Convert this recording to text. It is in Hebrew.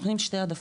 שתי העדפות,